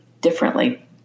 differently